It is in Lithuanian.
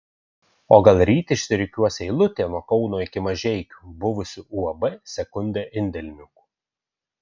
o gal ryt išsirikiuos eilutė nuo kauno iki mažeikių buvusių uab sekundė indėlininkų